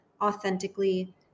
authentically